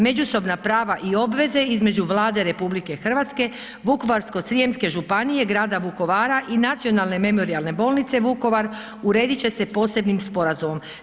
Međusobna prava i obveze između Vlade RH, Vukovarsko-srijemske županije, grada Vukovara i Nacionalne memorijalne bolnice Vukovar uredit će se posebnim sporazumom.